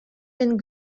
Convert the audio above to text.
den